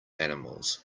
animals